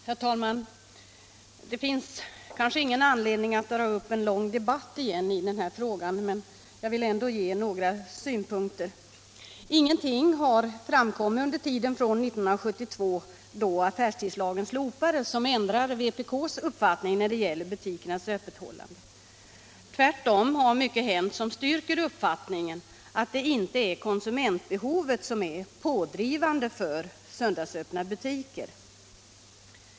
Herr talman! Det finns kanske ingen anledning att dra upp en lång debatt igen i den här frågan, men jag vill ändå anföra några synpunkter. Ingenting har framkommit sedan 1972, då affärstidslagen slopades, som ändrar vpk:s uppfattning när det gäller butikernas öppethållande. Tvärtom har mycket hänt som styrker uppfattningen att det inte är konsumentbehovet som är pådrivande när det gäller söndagsöppethållandet.